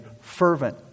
fervent